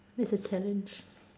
it's a challenge